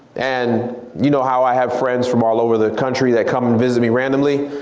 and you know how i have friends from all over the country that come and visit me randomly.